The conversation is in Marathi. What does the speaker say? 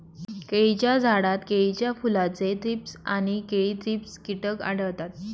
केळीच्या झाडात केळीच्या फुलाचे थ्रीप्स आणि केळी थ्रिप्स कीटक आढळतात